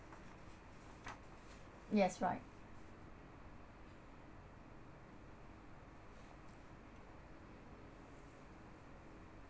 yes right